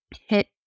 hit